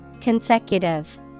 Consecutive